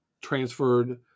transferred